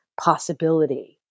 possibility